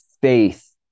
faith